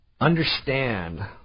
Understand